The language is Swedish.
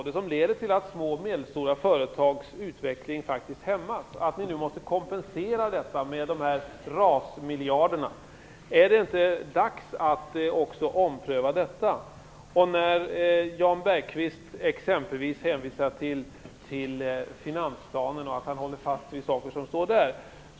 De leder till att små och medelstora företags utveckling faktiskt hämmas, så att ni nu måste kompensera detta med de här RAS-miljarderna. Är det inte dags att också ompröva detta? Jan Bergqvist hänvisar till finansplanen och att han håller fast vid saker som står där.